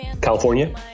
California